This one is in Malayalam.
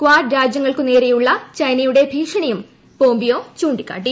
കാഡ് രാജ്യങ്ങൾക്കു നേരെയുള്ള ചൈനയുടെ ഭീഷണിയും പോംപിയോ ചൂണ്ടിക്കാട്ടി